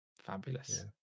Fabulous